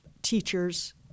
Teachers